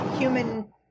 Human